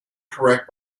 correct